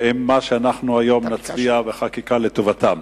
ועם מה שאנחנו היום נצביע בחקיקה לטובתם.